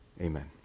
Amen